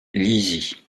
lizy